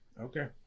Okay